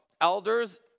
elders